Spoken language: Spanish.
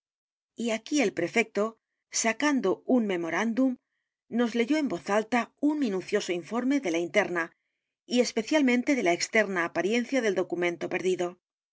y aquí el prefecto sacando un memorándum nos leyó en voz alta un minucioso informe de la interna y especialmente de la externa apariencia del documento perdido